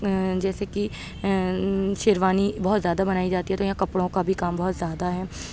جیسے کہ شیروانی بہت زیادہ بنائی جاتی ہے تو یہاں کپڑوں کا بھی کام بہت زیادہ ہیں